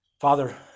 Father